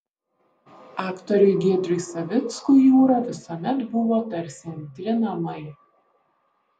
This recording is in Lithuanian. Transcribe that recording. aktoriui giedriui savickui jūra visuomet buvo tarsi antri namai